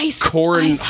corn